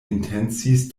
intencis